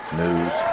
news